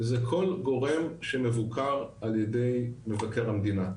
זה כל גורם שמבוקר על ידי מבקר המדינה.